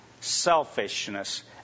selfishness